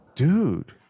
Dude